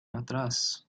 atrás